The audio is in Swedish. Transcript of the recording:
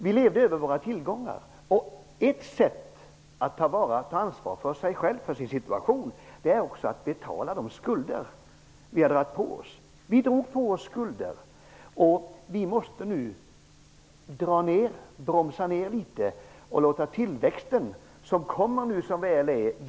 Vi levde över våra tillgångar, och ett sätt att ta ansvar för sig själv och för sin situation är att betala de skulder vi har dragit på oss. Vi drog på oss skulder, och vi måste nu dra ner, bromsa ner litet.